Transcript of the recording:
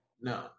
no